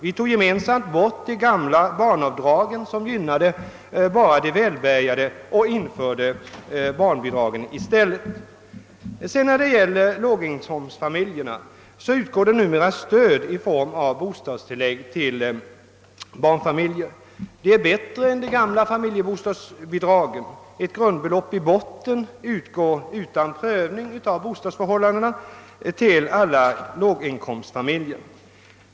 Vi tog gemensamt bort de gamla barnavdragen som gynnade bara de välbärgade och införde barnbidragen i stället. Vad beträffar låginkomstfamiljerna utgår numera stöd i form av bostadstillägg till barnfamiljer. Det är bättre än de gamla familjebostadsbidragen. Ett grundbelopp i botten utgår utan prövning av bostadsförhållandena till alla låginkomstfamiljer.